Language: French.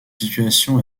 situation